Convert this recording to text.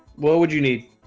what would you need?